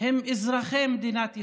הם אזרחי מדינת ישראל.